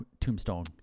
tombstone